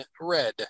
red